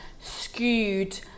skewed